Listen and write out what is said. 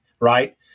right